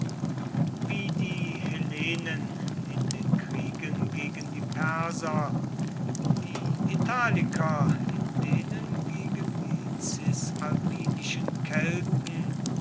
wie die hellenen in den kriegen gegen die perser die italiker in denen gegen die cisalpinischen kelten